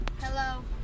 hello